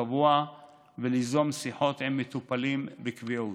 קבוע ולייזום שיחות עם מטופלים בקביעות.